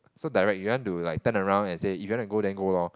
so direct you want to like turn around and say if you wanna go then go lor